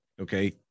Okay